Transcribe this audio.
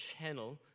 channel